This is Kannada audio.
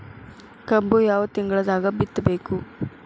ಕಬ್ಬು ಯಾವ ತಿಂಗಳದಾಗ ಬಿತ್ತಬೇಕು?